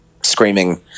screaming